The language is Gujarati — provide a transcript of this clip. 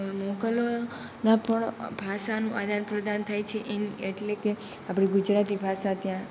મુઘલો ના પણ ભાષાનું આદાન પ્રદાન થાય છે એટલે કે આપણી ગુજરાતી ભાષા ત્યાં